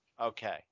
Okay